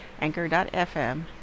anchor.fm